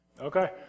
Okay